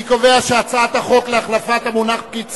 אני קובע שהצעת החוק להחלפת המונח פקיד